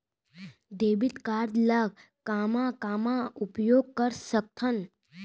Debit card ला कामा कामा उपयोग कर सकथन?